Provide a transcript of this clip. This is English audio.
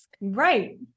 right